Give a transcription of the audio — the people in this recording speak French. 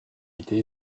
été